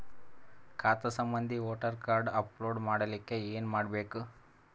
ಖಾತಾ ಸಂಬಂಧಿ voter card upload ಮಾಡಲಿಕ್ಕೆ ಏನ ಮಾಡಬೇಕು?